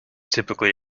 typically